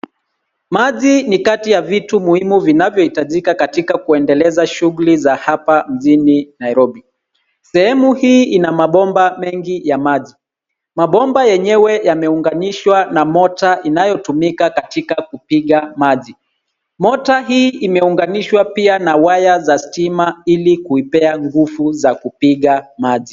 Maji ni kati ya vitu muhimu vinavyohitajika katika kuendeleza shughuli za hapa mjini Nairobi, sehemu hii ina mabomba mengi ya maji mabomba yenyewe yameunganishwa na motor inayotumika katika kupiga maji , motor hii imeunganishwa pia na waya za stima ili kuipea nguvu za kupiga maji.